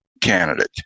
candidate